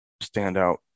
standout